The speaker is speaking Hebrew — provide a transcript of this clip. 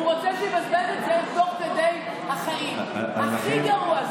הוא רוצה שיבזבז את זה תוך כדי החיים, הכי גרוע.